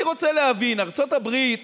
אני רוצה להבין: ארצות הברית